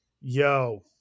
yo